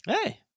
Hey